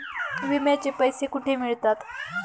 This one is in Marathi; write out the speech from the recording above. विम्याचे पैसे कुठे मिळतात?